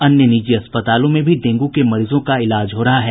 अन्य निजी अस्पतालों में भी डेंगू के मरीजों का इलाज हो रहा है